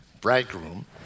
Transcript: bridegroom